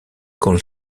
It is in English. call